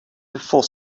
before